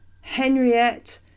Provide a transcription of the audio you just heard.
Henriette